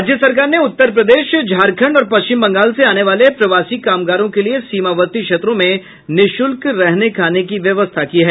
राज्य सरकार ने उत्तर प्रदेश झारखंड और पश्चिम बंगाल से आने वाले प्रवासी कामगारों के लिये सीमावर्ती क्षेत्रों में निःशुल्क रहने खाने की व्यवस्था की है